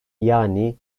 yani